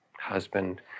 husband